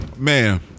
Man